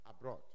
abroad